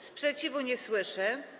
Sprzeciwu nie słyszę.